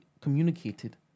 communicated